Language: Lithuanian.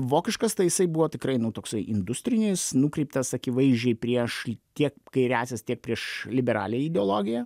vokiškas tai jisai buvo tikrai nu toksai industrinis nukreiptas akivaizdžiai prieš tiek kairiąsias tiek prieš liberalią ideologiją